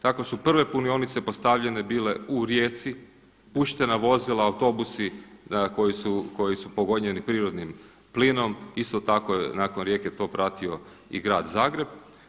Tako su prve punionice postavljene bile u Rijeci, puštena vozila, autobusi koji su pogonjeni prirodnim plinom isto tako nakon Rijeke je to pratio i grad Zagreb.